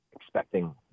expecting